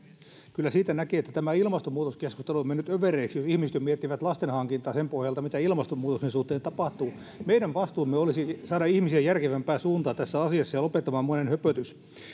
kyllä siitä näkee että tämä ilmastonmuutoskeskustelu on mennyt överiksi jos ihmiset jo miettivät lastenhankintaa sen pohjalta mitä ilmastonmuutoksen suhteen tapahtuu meidän vastuumme olisi saada ihmisiä järkevämpään suuntaan tässä asiassa ja lopettamaan moinen höpötys